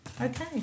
Okay